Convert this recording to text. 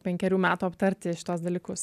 penkerių metų aptarti šituos dalykus